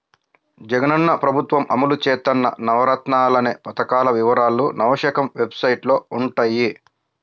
జగనన్న ప్రభుత్వం అమలు చేత్తన్న నవరత్నాలనే పథకాల వివరాలు నవశకం వెబ్సైట్లో వుంటయ్యి